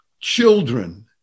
children